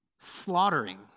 slaughtering